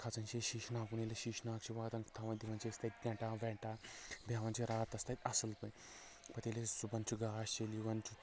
تہٕ کھسان چھِ أسۍ شیٖش ناگ کُن تہٕ ییٚلہِ أسۍ شیٖش ناگ چھِ واتان تھوان دِوان چھِ أسۍ تتہِ ٹٮ۪نٹا وٮ۪نٹا بیٚہوان چھِ راتس تتہِ اصل پٲٹھۍ پتہٕ ییٚلہِ أسۍ صُبحن چھُ گاش ییٚلہِ یِوان چھُ